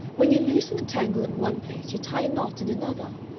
when you loosen the tangle in one place you tie a knot in another.